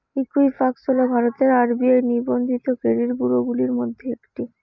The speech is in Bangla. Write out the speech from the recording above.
ঈকুইফ্যাক্স হল ভারতের আর.বি.আই নিবন্ধিত ক্রেডিট ব্যুরোগুলির মধ্যে একটি